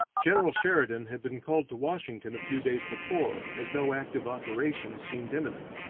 general sheridan had been called to washington a few days before, as no active operations seemed imminent,